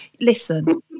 listen